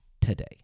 today